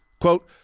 quote –